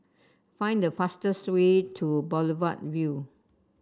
find the fastest way to Boulevard Vue